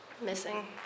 missing